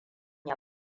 ya